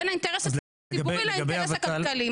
בין האינטרס הציבורי לבין האינטרס הכלכלי.